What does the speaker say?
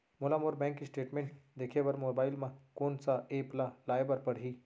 मोला मोर bank statement देखे बर मोबाइल मा कोन सा एप ला लाए बर परही?